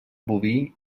boví